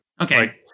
Okay